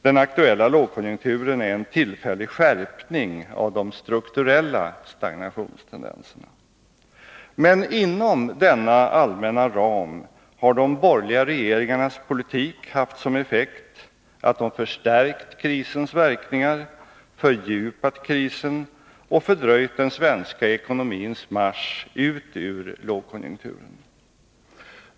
Den aktuella lågkonjunkturen är en tillfällig skärpning av de strukturella stagnationstendenserna. Men inom denna allmänna ram har de borgerliga regeringarnas politik haft som effekt att de förstärkt krisens verkningar, fördjupat krisen och fördröjt den svenska ekonomins marsch ut ur lågkonjunkturen.